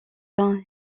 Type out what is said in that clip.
saint